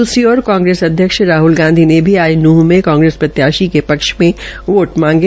दूसरी और कांग्रेस अध्यक्ष राहल गांधी ने भी आज नूंह में कांग्रेस प्रत्याशी के पक्ष में बोट मांगे